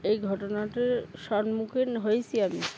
এই ঘটনাটির সম্মুখীন হয়েছি আমি